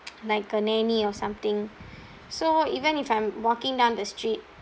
like a nanny or something so even if I'm walking down the street